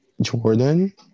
Jordan